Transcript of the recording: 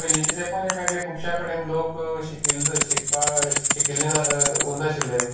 पयलींच्या तेंपार कांय ते खुबश्या कडेन लोक शिकिल्ले शिकपाक शिकिल्ले उरना आशिल्ले